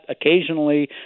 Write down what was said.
occasionally